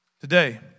today